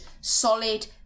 solid